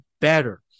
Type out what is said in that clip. better